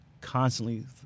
constantly